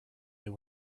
they